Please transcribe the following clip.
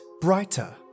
brighter